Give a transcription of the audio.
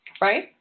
right